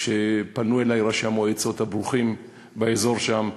כשפנו אלי ראשי המועצות הברוכים באזור שם,